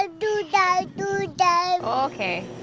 ah dude dad, dude dad. okay.